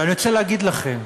ואני רוצה להגיד לכם,